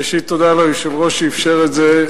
ראשית תודה ליושב-ראש שאפשר את זה.